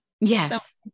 Yes